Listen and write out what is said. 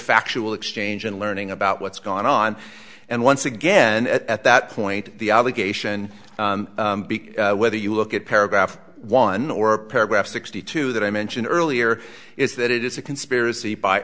factual exchange in learning about what's going on and once again at that point the obligation whether you look at paragraph one or paragraph sixty two that i mentioned earlier is that it is a conspiracy by